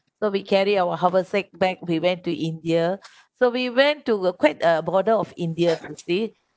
so we carry our our haversack bag we went to india so we went to uh quite uh border of india you see